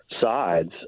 sides